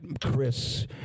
Chris